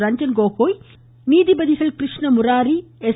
ரஞ்சன் கோகோய் நீதிபதிகள் கிருஷ்ண முராரி எஸ்